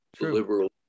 liberal